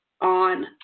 on